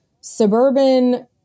suburban